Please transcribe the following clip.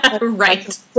Right